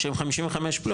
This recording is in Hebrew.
שהם 55 פלוס.